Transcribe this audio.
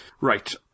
Right